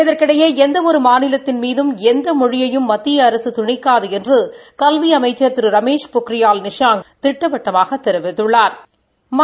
இதற்கிடையே எந்த ஒரு மாநிலத்தின் மீதம் எந்த மொழியையும் மத்திய அரக திணிக்காது என்று கல்வி அமைச்சா் திரு ரமேஷ் பொகியால் நிஷாங் திட்டவட்டமாக தெரிவித்துள்ளாா்